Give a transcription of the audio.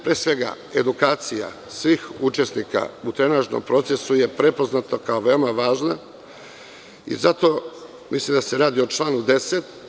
Pre svega, edukacija svih učesnika u trenažnom procesu je prepoznata kao veoma važna i zato mislim da se radi o članu 10.